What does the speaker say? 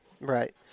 Right